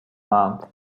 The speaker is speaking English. month